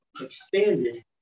extended